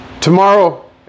Tomorrow